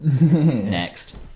Next